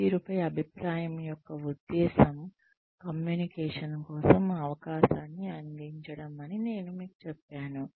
పనితీరుపై అభిప్రాయం యొక్క ఉద్దేశ్యం కమ్యూనికేషన్ కోసం అవకాశాన్ని అందించడం అని నేను మీకు చెప్పాను